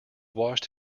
washed